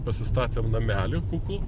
pasistatėm namelį kuklų